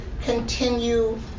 continue